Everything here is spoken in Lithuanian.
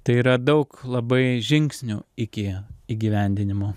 tai yra daug labai žingsnių iki įgyvendinimo